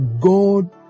God